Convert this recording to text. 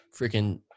freaking